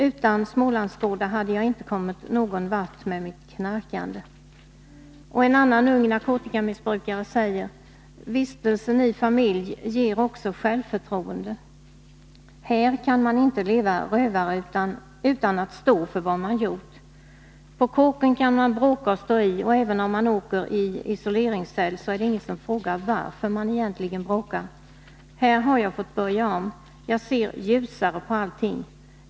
Utan Smålandsgårdar hade jag inte kommit någon vart med mitt knarkande.” En annan ung narkotikamissbrukare säger: ”Vistelsen i familj ger också självförtroende. Här kan man inte leva rövare utan att stå för vad man gjort. På kåken kan man bråka och stå i och även om man åker i isoleringscell, så är det ingen som frågar varför man egentligen bråkar. Här har jag fått börja om —- jag ser ljusare på allting.